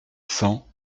cents